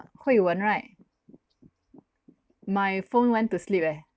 hui wen right my phone went to sleep eh